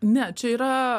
ne čia yra